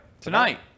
Tonight